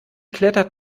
klettert